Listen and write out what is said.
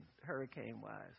hurricane-wise